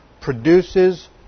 produces